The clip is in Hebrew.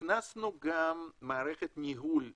הכנסנו גם מערכת ניהול מקצועית,